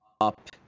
up